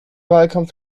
wahlkampf